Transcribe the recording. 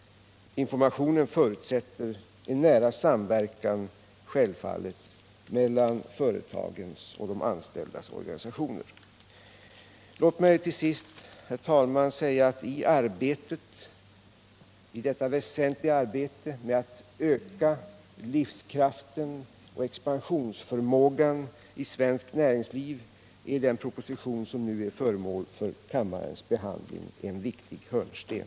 Informationen förutsätter självfallet en nära samverkan mellan företagens och de anställdas organisationer. Låt mig till sist, herr talman, sammanfatta med att betona att i detta väsentliga arbete med att öka livskraften och expansionsförmågan i svenskt näringsliv är den proposition som nu är föremål för kammarens behandling en viktig hörnsten.